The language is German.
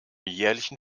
jährlichen